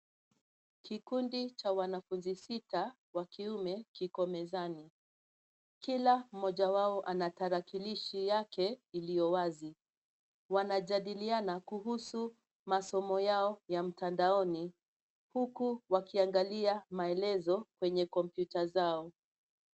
Kikundi cha wanafunzi sita wa kiume kiko mezani, kila mmoja wao anatarakilishi yake iliyo wazi, wanajadiliana kuhusu masomo yao ya mtandaoni huku wakiangalia maelezo kwenye kompyuta zao.